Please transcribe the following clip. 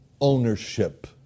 Ownership